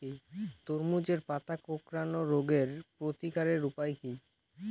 তরমুজের পাতা কোঁকড়ানো রোগের প্রতিকারের উপায় কী?